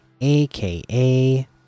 aka